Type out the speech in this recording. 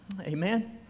Amen